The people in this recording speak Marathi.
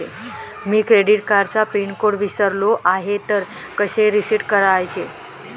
मी क्रेडिट कार्डचा पिन विसरलो आहे तर कसे रीसेट करायचे?